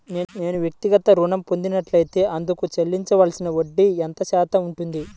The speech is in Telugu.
నేను వ్యక్తిగత ఋణం పొందినట్లైతే అందుకు చెల్లించవలసిన వడ్డీ ఎంత శాతం ఉంటుంది?